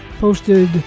posted